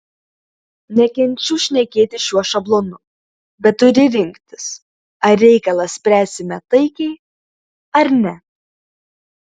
nekenčiu šnekėti šiuo šablonu bet turi rinktis ar reikalą spręsime taikiai ar ne